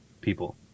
people